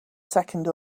second